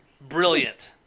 Brilliant